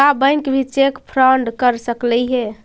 का बैंक भी cheque fraud कर सकलई हे?